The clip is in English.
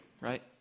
right